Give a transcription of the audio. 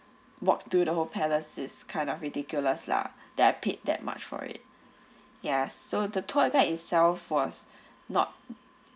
walk through the whole palaces kind of ridiculous lah that I paid that much for it yes so the tour guide itself was not